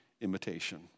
imitation